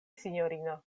sinjorino